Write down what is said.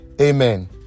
amen